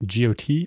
GOT